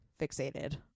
fixated